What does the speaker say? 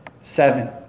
Seven